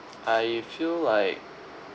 I feel like